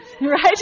right